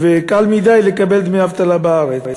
וקל מדי לקבל דמי אבטלה בארץ.